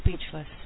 speechless